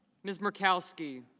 ms. makowski